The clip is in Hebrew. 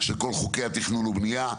של כל חוקי התכנון והבנייה.